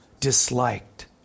disliked